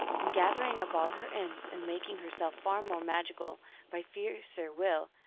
and gathering up all her imps, and making her self far more magical by fiercer will,